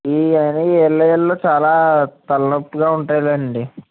ఈ అని వీళ్ళ వీళ్ళు చాలా తలనొప్పిగా ఉంటుందండి